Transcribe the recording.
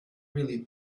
really